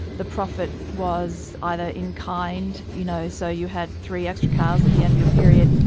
the profit was either in kind you know, so you had three extra cows at the end of your period.